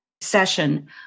session